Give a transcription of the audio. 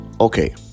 Okay